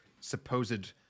supposed